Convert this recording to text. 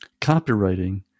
Copywriting